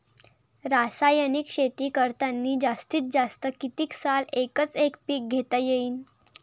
रासायनिक शेती करतांनी जास्तीत जास्त कितीक साल एकच एक पीक घेता येईन?